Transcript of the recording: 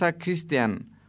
Christian